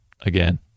Again